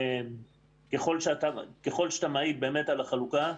ככל שאתה מעיד על החלוקה,